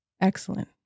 Excellent